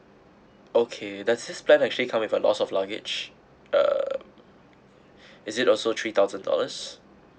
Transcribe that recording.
okay does this plan actually come with a loss of luggage uh is it also three thousand dollars